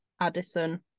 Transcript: Addison